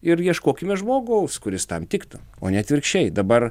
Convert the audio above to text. ir ieškokime žmogaus kuris tam tiktų o ne atvirkščiai dabar